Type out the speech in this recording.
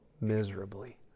miserably